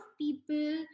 people